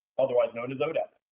otherwise known as odep.